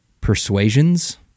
persuasions